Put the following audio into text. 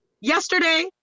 Yesterday